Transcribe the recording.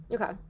okay